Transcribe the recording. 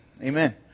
Amen